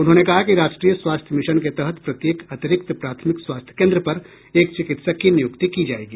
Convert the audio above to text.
उन्होंने कहा कि राष्ट्रीय स्वास्थ्य मिशन के तहत प्रत्येक अतिरिक्त प्राथमिक स्वास्थ्य केन्द्र पर एक चिकित्सक की नियूक्ति की जायेगी